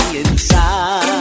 inside